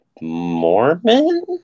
Mormon